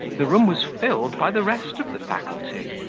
the room was filled by the rest of the faculty,